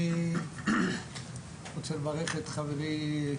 אני רוצה לברך את חברי,